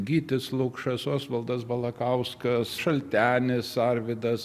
gytis lukšas osvaldas balakauskas šaltenis arvydas